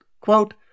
Quote